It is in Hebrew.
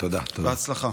בהצלחה.